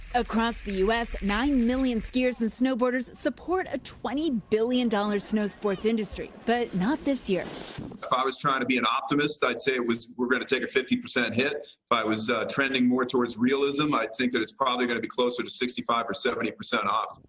across the u s, nine million skiers and snowboarders support a twenty billion dollars snow-sports industry. but not this year. if i was trying to be an optimist, i'd say it was we are going to take a fifty percent hit. if i was trending more towards realism, i'd think it's probably going to be closer to sixty five or seventy percent off.